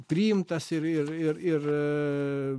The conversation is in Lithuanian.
priimtas ir ir ir